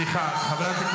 סליחה, סליחה, סליחה.